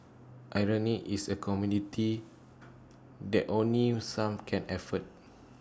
irony is A commodity that only some can afford